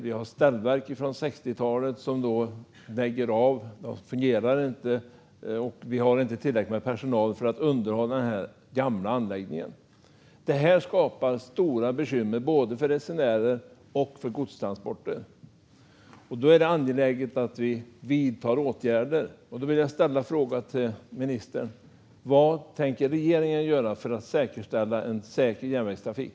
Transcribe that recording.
Man har ställverk från 60talet som lägger av och inte fungerar. Det finns inte tillräckligt med personal för att underhålla denna gamla anläggning. Det skapar stora bekymmer för både resenärer och godstransporter. Det är angeläget att vi vidtar åtgärder. Jag vill fråga ministern vad regeringen tänker göra för att säkerställa en säker järnvägstrafik.